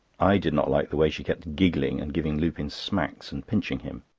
i did not like the way she kept giggling and giving lupin smacks and pinching him.